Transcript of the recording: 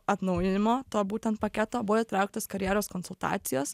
atnaujinimo to būtent paketo buvo įtrauktos karjeros konsultacijos